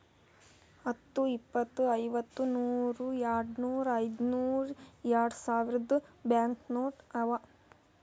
ಹತ್ತು, ಇಪ್ಪತ್, ಐವತ್ತ, ನೂರ್, ಯಾಡ್ನೂರ್, ಐಯ್ದನೂರ್, ಯಾಡ್ಸಾವಿರ್ದು ಬ್ಯಾಂಕ್ ನೋಟ್ ಅವಾ